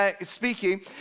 speaking